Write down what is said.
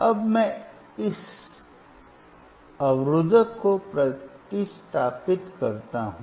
अब मैं इस रोकनेवाला को प्रतिस्थापित करता हूँ